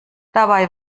dabei